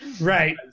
Right